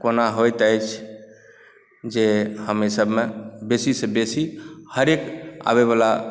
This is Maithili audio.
कोना होइत अछि जे हम एहिसभमे बेसीसँ बेसी हरेक आबयबला जेनरेशन